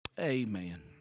Amen